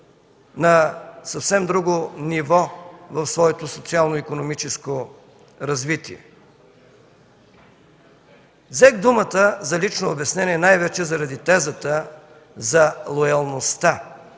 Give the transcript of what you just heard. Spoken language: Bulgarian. на съвсем друго ниво в своето социално икономическо развитие. Взех думата за лично обяснение най-вече заради тезата за лоялността.